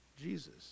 Jesus